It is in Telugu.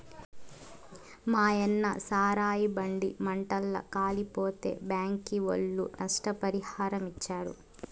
మాయన్న సారాయి బండి మంటల్ల కాలిపోతే బ్యాంకీ ఒళ్ళు నష్టపరిహారమిచ్చారు